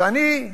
ואני,